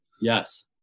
Yes